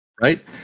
right